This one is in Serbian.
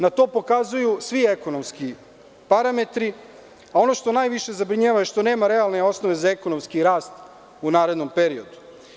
Na to pokazuju svi ekonomski parametri, a ono što najviše zabrinjava je što nema realne osnove za ekonomski rast u narednom periodu.